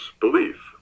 belief